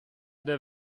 der